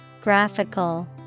Graphical